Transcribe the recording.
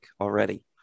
already